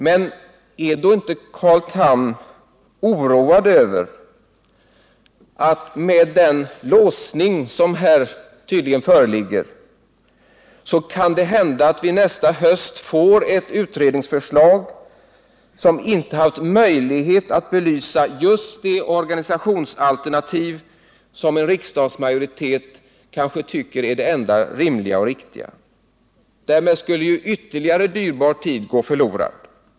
Men med den låsning som här tydligen föreligger kan det hända att vi nästa höst får ett utredningsförslag där man inte haft möjlighet att belysa just det organisationsalternativ som en riksdagsmajoritet kanske tycker är det enda rimliga och riktiga. Är inte Carl Tham oroad över detta? Därmed skulle ju ytterligare dyrbar tid gå förlorad.